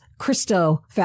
Christo